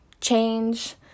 change